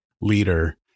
leader